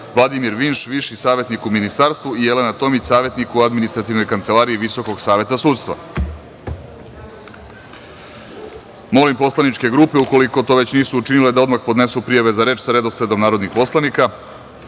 Vladimir Vinš, viši savetnik u ministarstvu i Jelena Tomić, savetnik u Administrativnoj kancelariji VSS.Molim poslaničke grupe, ukoliko to nisu učinile, da odmah podnesu prijave za reč sa redosledom narodnih poslanika. Saglasno